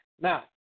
Now